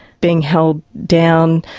being held down.